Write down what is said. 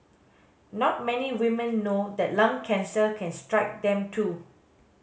not many women know that lung cancer can strike them too